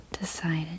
decided